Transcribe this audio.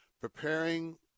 preparing